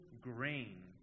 grain